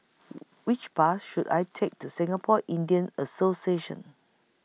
Which Bus should I Take to Singapore Indian Association